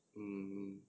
mm